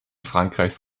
frankreichs